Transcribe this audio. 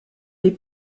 les